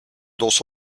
dos